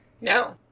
no